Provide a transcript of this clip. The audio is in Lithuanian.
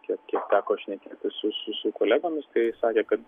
kiek kiek teko šnekėti su su su kolegomis tai sakė kad